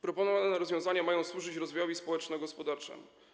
Proponowane rozwiązania mają służyć rozwojowi społeczno-gospodarczemu.